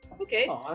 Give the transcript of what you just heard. Okay